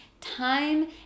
time